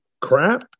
crap